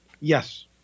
Yes